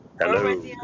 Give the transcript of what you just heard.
Hello